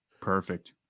Perfect